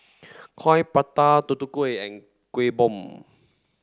coin prata Tutu Kueh and Kuih Bom